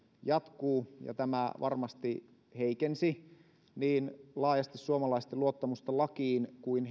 jatkuu ja tämä varmasti heikensi niin laajasti suomalaisten luottamusta lakiin kuin